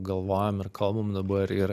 galvojam ir kalbam dabar ir